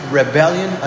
rebellion